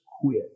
quit